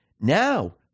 Now